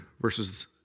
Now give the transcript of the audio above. versus